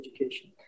education